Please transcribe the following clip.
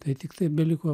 tai tiktai beliko